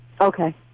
Okay